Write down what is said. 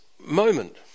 moment